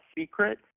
secret